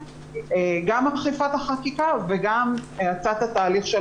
גם של אכיפת החקיקה וגם האצת התהליך של